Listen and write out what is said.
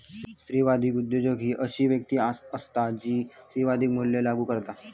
स्त्रीवादी उद्योजक ही अशी व्यक्ती असता जी स्त्रीवादी मूल्या लागू करता